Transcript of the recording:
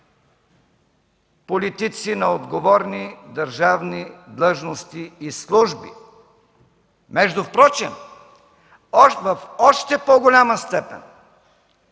политици на отговорни държавни длъжности и служби. Впрочем в още по-голяма степен